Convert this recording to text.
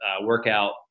workout